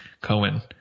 Cohen